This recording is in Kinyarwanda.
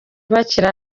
bakiri